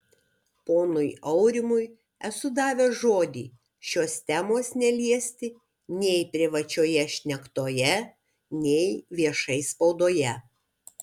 ponui aurimui esu davęs žodį šios temos neliesti nei privačioje šnektoje nei viešai spaudoje